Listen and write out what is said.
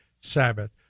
Sabbath